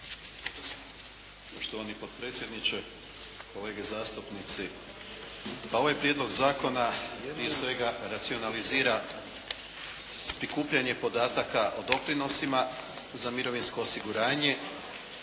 ovaj prijedlog zakona prije svega racionalizira prikupljanje podataka o doprinosima za mirovinsko osiguranje